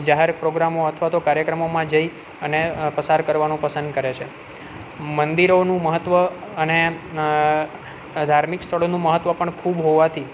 જાહેર પ્રોગ્રામો અથવા તો કાર્યક્રમોમાં જઈ અને પસાર કરવાનું પસંદ કરે છે મંદિરોનું મહત્વ અને ધાર્મિક સ્થળોનું મહત્વ પણ ખૂબ હોવાથી